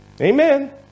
Amen